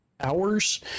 hours